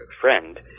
friend